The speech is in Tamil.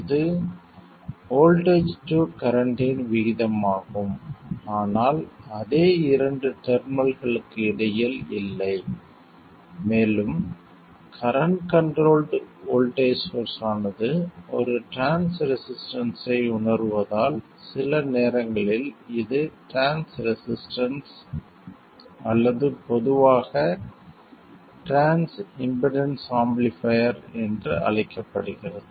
இது வோல்ட்டேஜ் டு கரண்ட்டி இன் விகிதமாகும் ஆனால் அதே இரண்டு டெர்மினல்களுக்கு இடையில் இல்லை மேலும் கரண்ட் கண்ட்ரோல்ட் வோல்ட்டேஜ் சோர்ஸ் ஆனது ஒரு டிரான்ஸ் ரெசிஸ்டன்ஸ்ஸை உணருவதால் சில நேரங்களில் இது டிரான்ஸ் ரெசிஸ்டன்ஸ் அல்லது பொதுவாக டிரான்ஸ் இம்பிடன்ஸ் ஆம்பிளிஃபைர் என்று அழைக்கப்படுகிறது